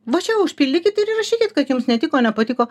va čia užpildykit ir įrašykit kad jums netiko nepatiko